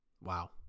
wow